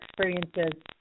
experiences